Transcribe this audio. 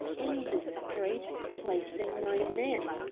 in the street, placing my men.